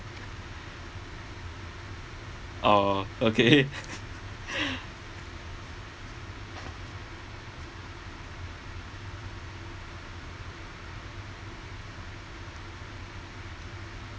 oh okay